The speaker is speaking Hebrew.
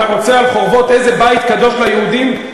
אתה רוצה, על חורבות איזה בית קדוש ליהודים?